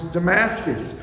Damascus